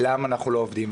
למה לא עובדים'.